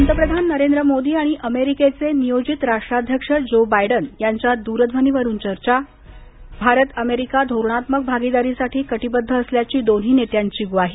पंतप्रधान नरेंद्र मोदी आणि अमेरिकेचे नियोजित अध्यक्ष जो बायडन यांच्यात दूरध्वनीवरून चर्चा भारत अमेरिका धोरणात्मक भागीदारीसाठी कटिबद्ध असल्याची दोन्ही नेत्यांची ग्वाही